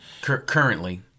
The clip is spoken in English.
currently